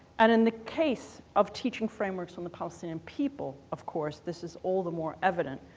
and in the case of teaching frameworks on the palestinian people, of course, this is all the more evident,